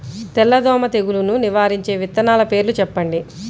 తెల్లదోమ తెగులును నివారించే విత్తనాల పేర్లు చెప్పండి?